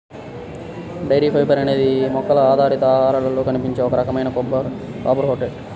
dietary fibre అనేది మొక్కల ఆధారిత ఆహారాలలో కనిపించే ఒక రకమైన కార్బోహైడ్రేట్